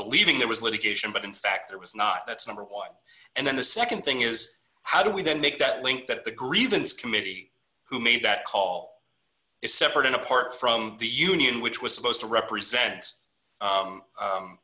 believing there was litigation but in fact it was not it's number one and then the nd thing is how do we then make that link that the grievance committee who made that call is separate and apart from the union which was supposed to represent